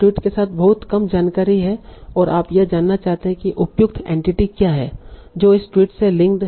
tweet के साथ बहुत कम जानकारी है और आप यह जानना चाहते हैं कि उपयुक्त एंटिटी क्या है जो इस ट्वीट से लिंक है